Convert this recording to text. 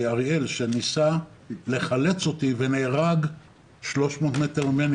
אריאל שניסה לחלץ אותי ונהרג 300 מטרים ממני,